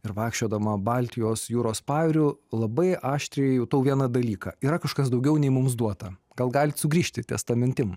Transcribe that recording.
ir vaikščiodama baltijos jūros pajūriu labai aštriai jutau vieną dalyką yra kažkas daugiau nei mums duota gal galit sugrįžti ties ta mintim